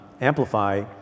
amplify